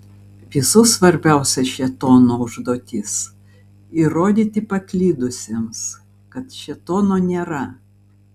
visų svarbiausia šėtono užduotis įrodyti paklydusiems kad šėtono nėra